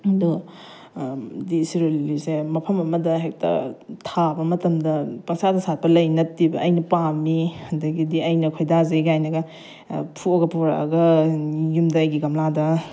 ꯑꯗꯣ ꯁꯤꯔꯣꯏ ꯂꯤꯂꯤꯁꯦ ꯃꯐꯝ ꯑꯃꯗ ꯍꯦꯛꯇ ꯊꯥꯕ ꯃꯇꯝꯗ ꯄꯪꯁꯥꯠꯇ ꯁꯥꯠꯄ ꯂꯩ ꯅꯠꯇꯦꯕ ꯑꯩꯅ ꯄꯥꯝꯃꯤ ꯑꯗꯒꯤꯗꯤ ꯑꯩꯅ ꯈꯣꯏꯗꯥꯖꯩ ꯀꯥꯏꯅꯒ ꯐꯨꯛꯑꯒ ꯄꯨꯔꯛꯑꯒ ꯌꯨꯝꯗ ꯑꯩꯒꯤ ꯒꯝꯂꯥꯗ